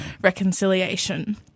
reconciliation